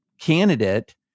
candidate